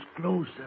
closer